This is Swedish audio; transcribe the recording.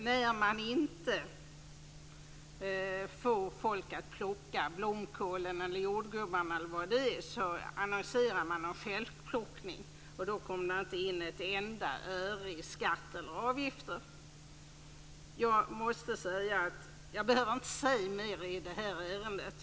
När man inte får folk att plocka blomkålen eller jordgubbarna annonserar man om självplockning, och då kommer det inte in ett enda öre i skatt eller avgifter. Jag behöver inte säga mer i det här ärendet.